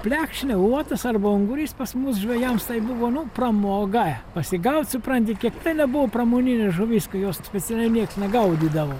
plekšnė uotas arba ungurys pas mus žvejams tai buvo nu pramoga pasigaut supranti kiek tai nebuvo pramoninė žuvis kai jos specialiai nieks negaudydavo